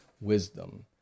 wisdom